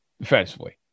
defensively